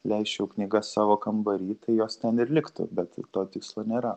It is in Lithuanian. leisčiau knygas savo kambary tai jos ten ir liktų bet to tikslo nėra